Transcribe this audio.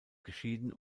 geschieden